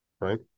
right